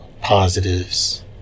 positives